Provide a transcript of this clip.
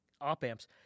op-amps